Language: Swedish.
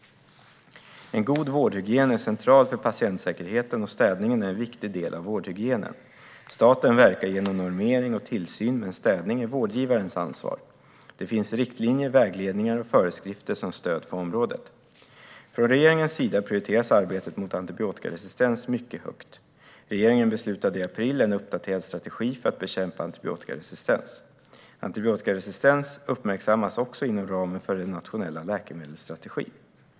En god vårdhygien är central för patientsäkerheten, och städningen är en viktig del av vårdhygienen. Staten verkar genom normering och tillsyn, men städning är vårdgivarens ansvar. Det finns riktlinjer, vägledningar och föreskrifter som stöd på området. Från regeringens sida prioriteras arbetet mot antibiotikaresistens mycket högt. Regeringen beslutade i april om en uppdaterad strategi för att bekämpa antibiotikaresistens. Antibiotikaresistens uppmärksammas också inom ramen för den nationella läkemedelsstrategin.